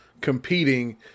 competing